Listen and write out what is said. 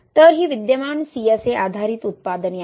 तर ही विद्यमान CSA आधारित उत्पादने आहेत